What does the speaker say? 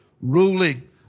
ruling